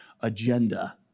agenda